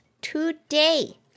today